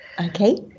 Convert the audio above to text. okay